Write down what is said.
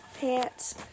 pants